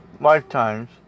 lifetimes